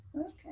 Okay